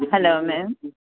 hello ma'am